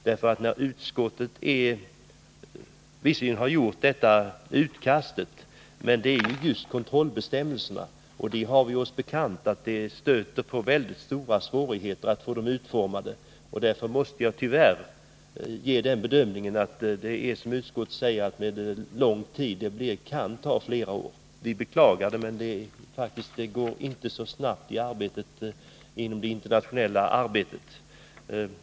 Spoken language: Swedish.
Arbetsgruppen har visserligen gjort ett utkast, men det som återstår är ju just kontrollbestämmelserna, och vi har oss bekant att det stöter på väldigt stora svårigheter att utforma sådana. Därför måste jag alltså tyvärr göra den bedömningen att det, som utskottet säger, kan ta lång tid, t.o.m. flera år. Vi beklagar det, men det internationella arbetet går inte så fort.